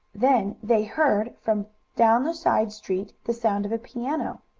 then they heard, from down the side street, the sound of a piano.